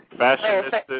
Fashionista